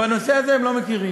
בנושא הזה הם לא מכירים.